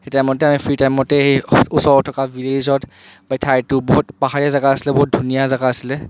সেই টাইমতে আমি ফ্ৰী টাইমতে সেই ওচৰত থকা ভিলেইজত ঠাইটো বহুত পাহাৰীয়া জেগা আছিলে বহুত ধুনীয়া জেগা আছিলে